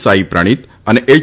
સાઇ પ્રણીત અને એય